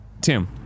Tim